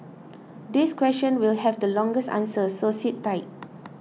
this question will have the longest answer so sit tight